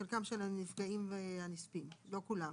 חלק מהנספים או הנפגעים, לא כולם.